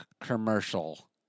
commercial